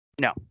No